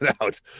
out